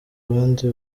abandi